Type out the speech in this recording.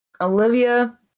Olivia